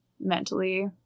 mentally